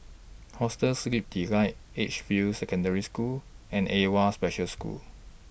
Hostel Sleep Delight Edgefield Secondary School and AWWA Special School